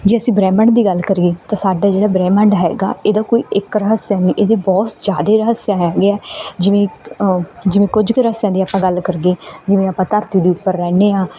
ਜੇ ਅਸੀਂ ਬ੍ਰਹਿਮੰਡ ਦੀ ਗੱਲ ਕਰੀਏ ਤਾਂ ਸਾਡੇ ਜਿਹੜਾ ਬ੍ਰਹਿਮੰਡ ਹੈਗਾ ਇਹਦਾ ਕੋਈ ਇੱਕ ਰਹੱਸ ਨਹੀਂ ਇਹਦੇ ਬਹੁਤ ਜ਼ਿਆਦਾ ਰਹੱਸ ਹੈਗੇ ਆ ਜਿਵੇਂ ਜਿਵੇਂ ਕੁਝ ਕੁ ਰਹੱਸਿਆਂ ਦੀ ਆਪਾਂ ਗੱਲ ਕਰੀਏ ਜਿਵੇਂ ਆਪਾਂ ਧਰਤੀ ਦੇ ਉੱਪਰ ਰਹਿੰਦੇ ਹਾਂ